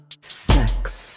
sex